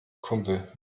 kumpel